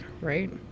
right